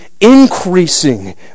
increasing